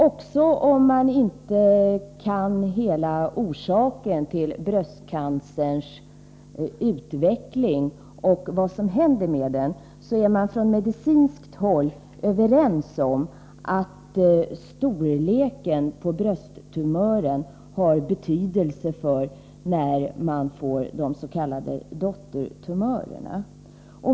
Även om man inte känner till hela orsaken till bröstcancerns utveckling eller vet vad som händer med det, är man på medicinskt håll överens om att storleken på brösttumören har betydelse för när man får de s.k. dottertumörerna.